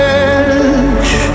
edge